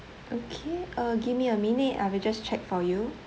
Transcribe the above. okay uh give me a minute I will just check for you